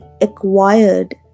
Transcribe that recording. acquired